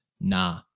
Nah